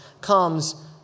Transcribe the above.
comes